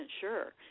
sure